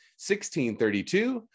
1632